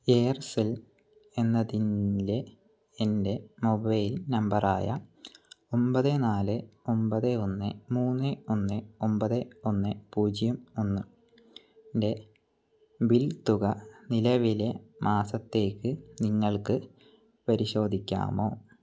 Aircel എന്നതിൻ്റെ എൻ്റെ mobile നമ്പറായ ഒമ്പത് നാല് ഒമ്പത് ഒന്ന് മൂന്ന് ഒന്ന് ഒമ്പത് ഒന്ന് പൂജ്യം ഒന്നിൻ്റെ ബിൽ തുക നിലവിലെ മാസത്തേക്ക് നിങ്ങൾക്ക് പരിശോധിക്കാമോ